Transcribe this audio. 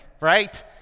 right